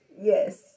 Yes